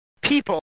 people